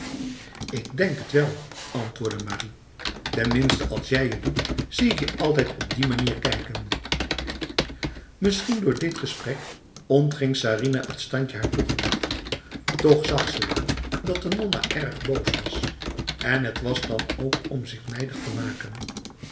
ik denk het wel antwoordde marie tenminste als jij het doet zie ik je altijd op die manier kijken misschien door dit gesprek ontging sarinah het standje haar toegedacht toch zag ze wel dat de nonna erg boos was en het was dan ook om zich nijdig te maken